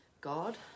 God